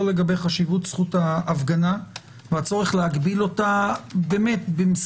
לא לגבי חשיבות זכות ההפגנה והצורך להגביל אותה במשורה,